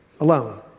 alone